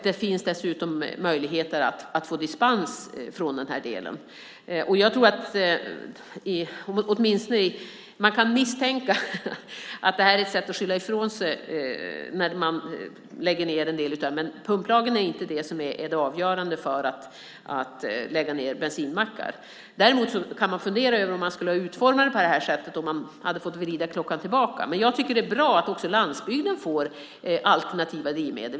Det finns dessutom möjlighet att få dispens från den här delen. Man kan misstänka att det här är ett sätt att skylla ifrån sig när man lägger ned en del av mackarna, men pumplagen är inte det avgörande för att lägga ned bensinmackar. Däremot kan man fundera över om man skulle ha utformat lagen på det här sättet om man hade fått vrida klockan tillbaka. Men jag tycker att det är bra att också landsbygden får alternativa drivmedel.